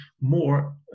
more